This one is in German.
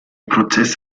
prozess